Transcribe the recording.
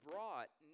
brought